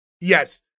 Yes